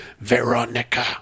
Veronica